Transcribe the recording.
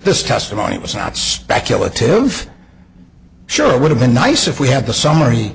this testimony was not speculative sure would have been nice if we have the summary